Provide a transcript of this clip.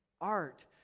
Art